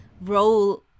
role